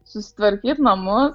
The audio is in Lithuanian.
susitvarkyt namus